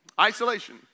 Isolation